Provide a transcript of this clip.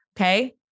Okay